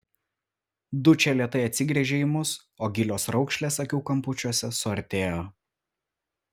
dučė lėtai atsigręžė į mus o gilios raukšlės akių kampučiuose suartėjo